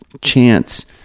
chance